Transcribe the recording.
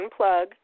unplug